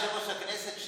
תשעה יושבי-ראש כנסת,